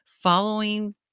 following